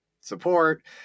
support